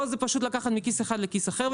פה זה פשוט לקחת מכיס אחד לכיס אחר.